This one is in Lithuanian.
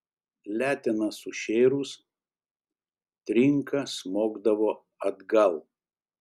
letena sušėrus trinka smogdavo atgal